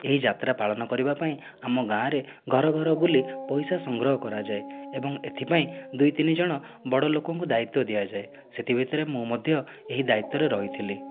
ଏହି ଯାତ୍ରା ପାଳନ କରିବା ପାଇଁ ଆମ ଗାଁ'ରେ ଘର ଘର ବୁଲି ପଇସା ସଂଗ୍ରହ କରାଯାଏ ଏବଂ ଏଥିପାଇଁ ଦୁଇ ତିନିଜଣ ବଡ଼ ଲୋକଙ୍କୁ ଦାୟିତ୍ୱ ଦିଆଯାଏ ସେଥି ଭିତରେ ମୁଁ ମଧ୍ୟ ଏହି ଦାୟିତ୍ୱରେ ରହିଥିଲି